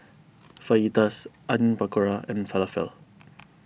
Fajitas Onion Pakora and Falafel